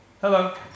hello